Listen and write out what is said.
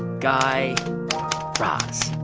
guy raz